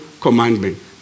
commandment